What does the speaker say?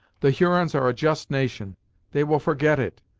the hurons are a just nation they will forget it.